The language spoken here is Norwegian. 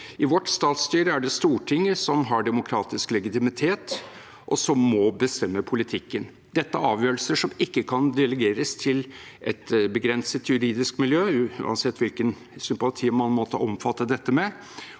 I vårt statsstyre er det Stortinget som har demokratisk legitimitet, og som må bestemme politikken. Dette er avgjørelser som ikke kan delegeres til et begrenset juridisk miljø, uansett hvilken sympati man måtte omfatte dette med,